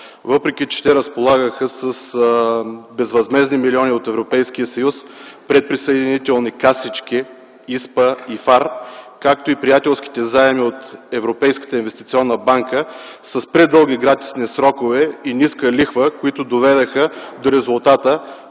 въпреки че те разполагаха с безвъзмездни милиони от Европейския съюз, предприсъединителни касички, ИСПА и ФАР, както и приятелските заеми от Европейската инвестиционна банка с предълги гратисни срокове и ниска лихва, които доведоха до резултата: